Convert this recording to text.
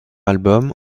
album